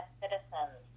citizens